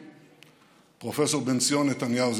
פרופ' בן-ציון נתניהו,